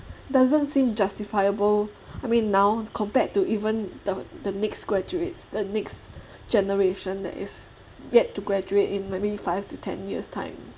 doesn't seem justifiable I mean now compared to even the the next graduates the next generation that is yet to graduate in maybe five to ten years time